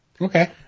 Okay